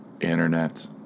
Internet